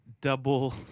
double